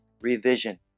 revision